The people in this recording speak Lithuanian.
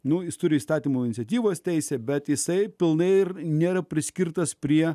nu jis turi įstatymų iniciatyvos teisę bet jisai pilnai ir nėra priskirtas prie